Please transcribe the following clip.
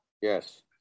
Yes